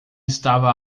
estava